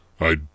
I